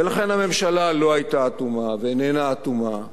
ולכן, הממשלה לא היתה אטומה ואיננה אטומה לזעקות,